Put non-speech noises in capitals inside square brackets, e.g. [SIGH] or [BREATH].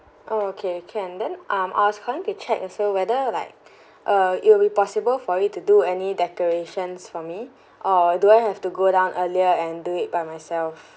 ah okay can then um I was calling to check also whether like [BREATH] uh it will be possible for you to do any decorations for me or do I have to go down earlier and do it by myself